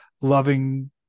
loving